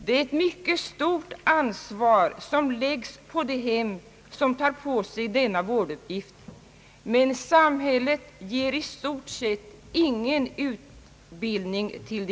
Det läggs ett mycket stort ansvar på dem som tar på sig denna vårduppgift, och samhället ger i stort sett ingen utbildning därför.